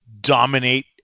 dominate